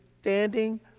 standing